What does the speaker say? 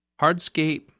Hardscape